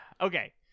Okay